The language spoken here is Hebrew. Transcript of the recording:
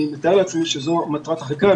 אני מתאר לעצמי שזו מטרת החקיקה,